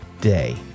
day